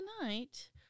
tonight